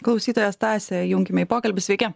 klausytoja stasė junkime į pokalbį sveiki